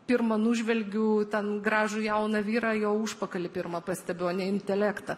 pirma nužvelgiu ten gražų jauną vyrą jo užpakalį pirma pastebiu intelektą